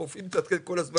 הפרופיל מתעדכן כל הזמן,